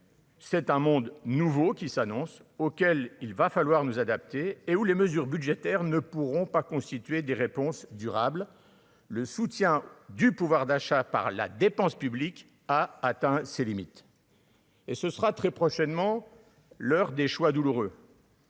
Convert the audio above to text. C'est un monde nouveau qui s'annonce, auquel il va falloir nous adapter et où les mesures budgétaires ne pourront pas constituer des réponses durables, le soutien du pouvoir d'achat par la dépense publique a atteint ses limites, et ce sera très prochainement, l'heure des choix douloureux.